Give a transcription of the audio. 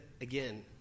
again